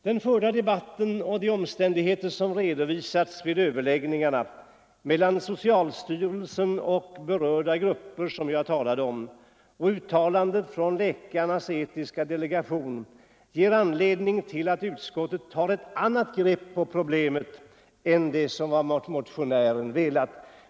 Den förda debatten och de omständigheter som redovisats vid överläggningarna mellan socialstyrelsen och berörda grupper, som jag talade om, samt uttalandet från läkarnas etiska delegation har givit utskottet anledning att ta ett annat grepp på problemet än vad motionärerna gör.